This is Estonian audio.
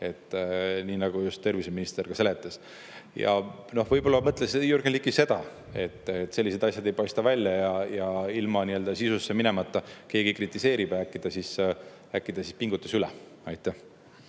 nii nagu just terviseminister ka seletas. Võib-olla mõtles Jürgen Ligi seda, et sellised asjad ei paista välja ja ilma nii-öelda sisusse minemata keegi kritiseerib. Äkki ta siis pingutas üle. Aitäh!